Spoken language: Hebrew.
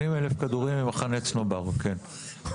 80,000 כדורים ממחנה צנובר, כן.